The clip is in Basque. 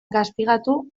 gaztigatu